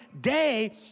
day